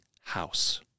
house